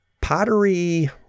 pottery